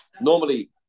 normally